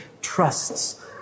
trusts